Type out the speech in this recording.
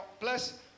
plus